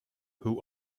who